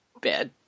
bad